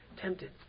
tempted